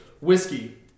whiskey